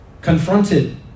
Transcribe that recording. Confronted